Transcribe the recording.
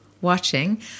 watching